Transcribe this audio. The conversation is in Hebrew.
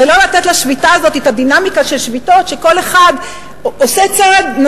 ולא לתת לשביתה הזאת את הדינמיקה של שביתות שכל אחד עושה צעד,